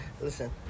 listen